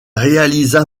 réalisa